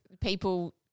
people